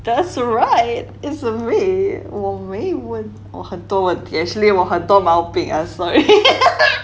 that's right that's the way 我为我很多问题 actually 我很多毛病 ah sorry